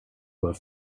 were